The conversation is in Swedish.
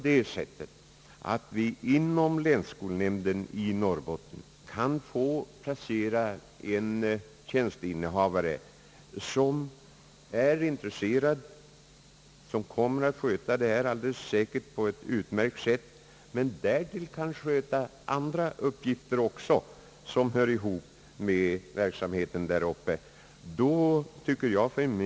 Vi kan nu inom länsskolnämnden i Norrbotten få placera en tjänsteinnehavare, som är intresserad, som alldeles säkert kommer att sköta sina åligganden på ett utmärkt sätt och som därtill kan sköta andra uppgifter, som hör ihop med verksamheten där uppe.